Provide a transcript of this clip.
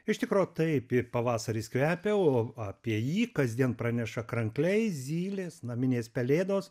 iš tikro taip i pavasaris kvepia o apie jį kasdien praneša krankliai zylės naminės pelėdos